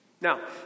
Now